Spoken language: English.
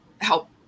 help